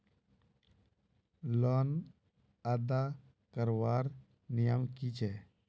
Loan अदा करवार नियम की छे?